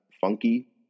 funky